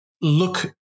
look